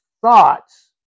thoughts